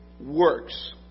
works